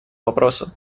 вопросу